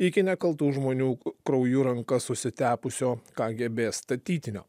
iki nekaltų žmonių krauju rankas susitepusio kgb statytinio